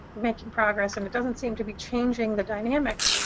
making progress and it doesn't seem to be changing the dynamics,